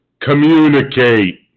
Communicate